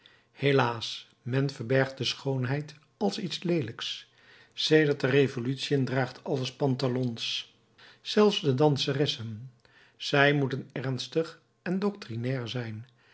helaas men verbergt de schoonheid als iets leelijks sedert de revolutiën draagt alles pantalons zelfs de danseressen zij moeten ernstig en doctrinair zijn